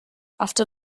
after